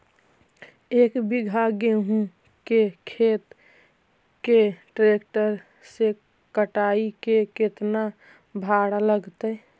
एक बिघा गेहूं के खेत के ट्रैक्टर से कटाई के केतना भाड़ा लगतै?